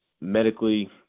medically